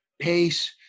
pace